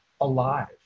alive